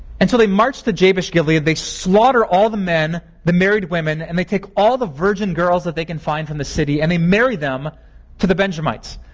and so they march to jabesh gilead, they slaughter all the men, the married women, and they take all the virgin girls that they can find from the city and they marry them to the benjamites